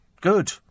good